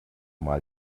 mal